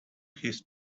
his